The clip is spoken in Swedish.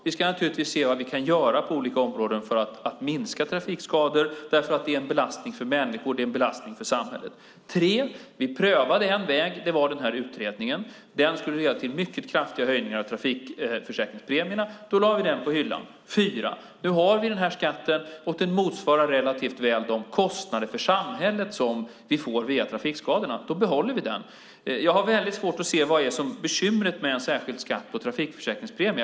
Vi ska naturligtvis se vad vi kan göra på olika områden för att minska trafikskador, eftersom de är en belastning för människor och för samhället. 3. Vi prövade en väg, den som utredningen handlade om. Denna väg skulle leda till mycket kraftiga höjningar av trafikförsäkringspremierna, så vi lade den på hyllan. 4. Nu har vi denna skatt, och den motsvarar relativt väl de kostnader för samhället som vi får via trafikskadorna. Då behåller vi den. Jag har väldigt svårt att se vad bekymret med en särskild skatt på trafikförsäkringspremien är.